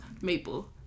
Maple